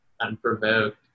unprovoked